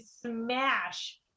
smash